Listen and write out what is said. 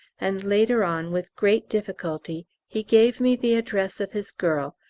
and later on with great difficulty he gave me the address of his girl,